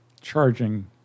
Charging